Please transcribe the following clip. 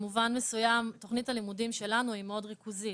במובן מסוים תוכנית הלימודים שלנו היא מאוד ריכוזית.